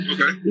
Okay